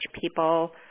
people